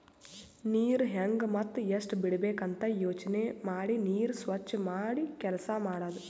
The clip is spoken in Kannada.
ನೀರ್ ಹೆಂಗ್ ಮತ್ತ್ ಎಷ್ಟ್ ಬಿಡಬೇಕ್ ಅಂತ ಯೋಚನೆ ಮಾಡಿ ನೀರ್ ಸ್ವಚ್ ಮಾಡಿ ಕೆಲಸ್ ಮಾಡದು